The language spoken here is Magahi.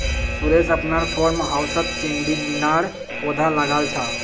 सुरेश अपनार फार्म हाउसत चिचिण्डार पौधा लगाल छ